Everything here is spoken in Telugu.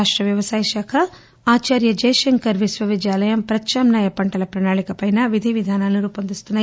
రాష్ట్ర వ్యవసాయ శాఖ ఆచార్య జయశంకర్ విశ్వవిద్యాలయం ప్రత్నామ్నాయ పంటల ప్రణాళికపై విధివిధానాలు రూపొందిస్తున్నాయి